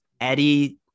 Eddie